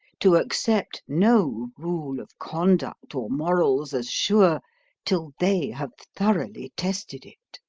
to accept no rule of conduct or morals as sure till they have thoroughly tested it.